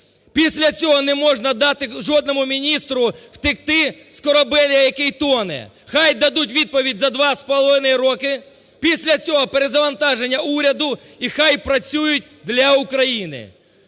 Після цього не можна дати жодному міністру втекти з корабля, який тоне. Нехай дадуть відповідь за 2,5 роки, після цього перезавантаження уряду, і нехай працюють для України.